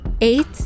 eight